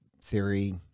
Theory